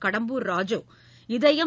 கடம்பூர் ராஜு இதயம்